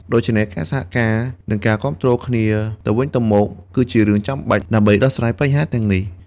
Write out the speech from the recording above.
ដូច្នេះ ការសហការនិងការគាំទ្រគ្នាទៅវិញទៅមកគឺជារឿងចាំបាច់ដើម្បីដោះស្រាយបញ្ហាទាំងនេះ។